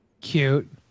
Cute